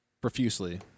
profusely